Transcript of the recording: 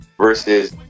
versus